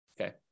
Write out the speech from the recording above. Okay